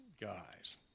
guys